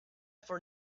for